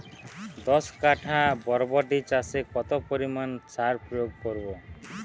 দশ কাঠা বরবটি চাষে কত পরিমাণ সার প্রয়োগ করব?